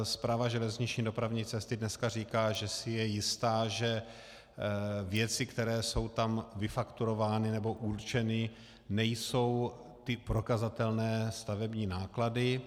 Správa železniční dopravní cesty dneska říká, že si je jista, že věci, které jsou tam vyfakturovány nebo určeny, nejsou prokazatelné stavební náklady.